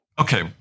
Okay